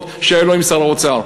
שהיה לו עם שר האוצר.